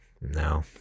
no